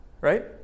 Right